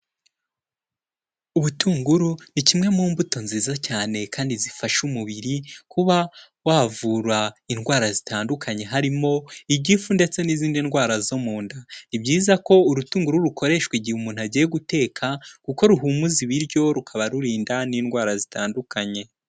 Ubutunguru ni kimwe mu mbuto nziza cyane kandi zifasha umubiri kuba wavura indwara zitandukanye, harimo igifu ndetse n'izindi ndwara zo mu nda, ni byiza ko urutunguru rukoreshwa igihe umuntu agiye guteka kuko ruhumuza ibiryo, rukaba rurinda n'indwara zitandukanye.